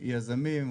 יזמים,